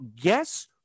guess